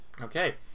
okay